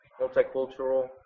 multicultural